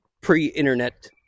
pre-internet